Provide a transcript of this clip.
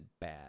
bad